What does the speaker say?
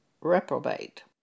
reprobate